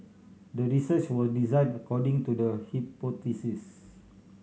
the research was designed according to the hypothesis